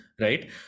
right